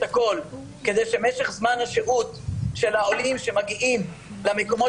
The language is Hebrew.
הכול כדי שמשך זמן השהות של העולים שמגיעים למקומות